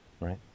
right